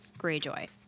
Greyjoy